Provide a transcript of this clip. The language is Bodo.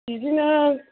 बिदिनो